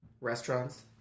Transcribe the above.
restaurants